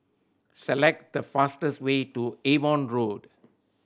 select the fastest way to Avon Road